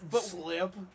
slip